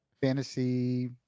fantasy